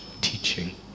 teaching